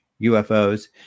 UFOs